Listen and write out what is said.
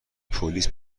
پلیس